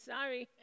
Sorry